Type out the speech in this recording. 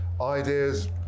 idea's